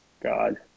God